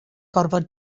gorfod